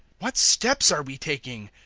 what steps are we taking?